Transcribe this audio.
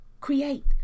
create